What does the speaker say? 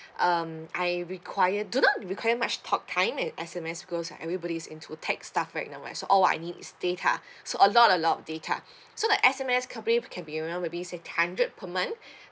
um I require do not require much talk time and S_M_S cause like everybody is into tech stuff right now so all I need is data so a lot a lot of data so the S_M_S probably can be around maybe say hundred per month